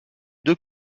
deux